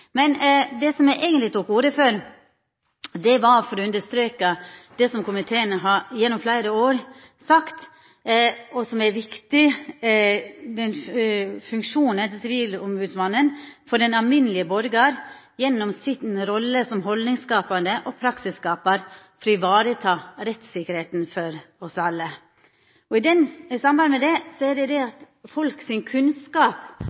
Men det som eg eigentleg tok ordet for, var for å understreka det som komiteen gjennom fleire år har sagt: Den viktige funksjonen Sivilombodsmannen har for den alminnelege borgar gjennom si rolle som haldningsskapande og praksisskapar for å vareta rettstryggleiken for oss alle. I samband med det er folks kunnskap og kjennskap til Sivilombodsmannen av stor betydning. I